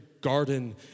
garden